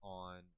on